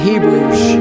Hebrews